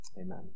Amen